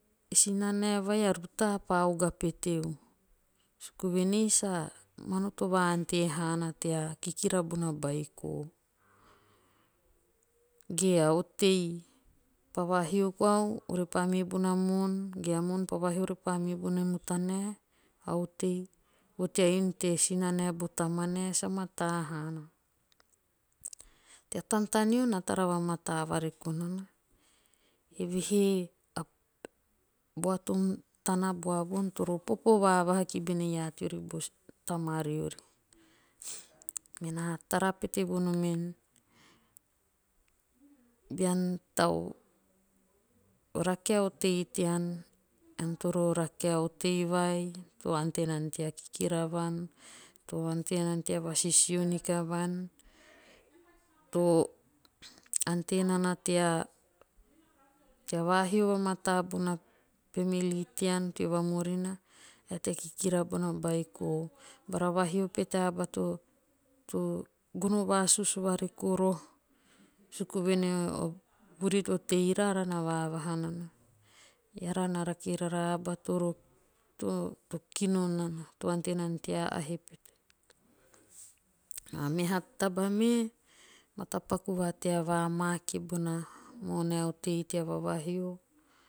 E sinanae vai a rutaa pa oga peteu. suku vuen ei sa manoto va ante haana tea kikira bana beiko. Ge a otei. Pa vahio koau ore pa me bona moon. ge a moon pa vahio repa me bene mutanae a otei. vo tea inu te sinanae bo tamanae sa mataa haana. Tea tantaneo na tara va mataa vareko nana. eve he a bua tom tana bua voon popo vavaha ki bone iaa teori bo tamariori. Me naa tara pete vonom en. bean tau rake a otei tean. ean toro rake a otei vai to ante nana tea kikira vuan. to ante nana tea vasisio niki vuam. to ante nana tea. vahio va mataa bona'family'tean teo vamurina ae tea kikira bona beiko. Bara vahio pete a aba to gono vasusu vareko roho. Eara na rake rara a aba toro to kino nana to ante nana tea ahe. Meha taba me. matapaku va tea va make bona mon ae a otei tea vavahio